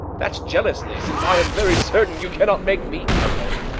that s jealously since i am very certain you cannot make me cuckold.